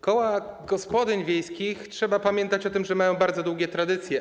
Koła gospodyń wiejskich, trzeba pamiętać o tym, mają bardzo długie tradycje.